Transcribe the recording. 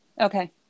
Okay